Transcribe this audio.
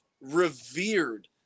revered